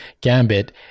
Gambit